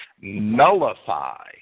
nullify